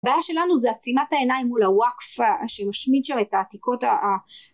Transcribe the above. הבעיה שלנו זה עצימת העיניים מול הוואקפה שמשמיד שם את העתיקות